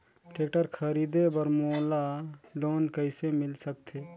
Tractor खरीदे बर मोला लोन कइसे मिल सकथे?